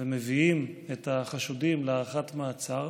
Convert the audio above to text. ומביאים את החשודים להארכת מעצר,